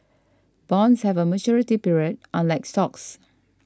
bonds have a maturity period unlike stocks